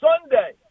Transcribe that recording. Sunday